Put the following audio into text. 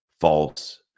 false